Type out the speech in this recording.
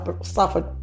suffered